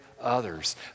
others